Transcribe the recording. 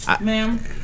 ma'am